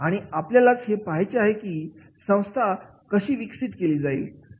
आणि आपल्याला हेच पाहायचे आहे की संस्था कशी विकसित केली जाईल